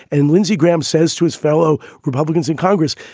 and lindsey graham says to his fellow republicans in congress,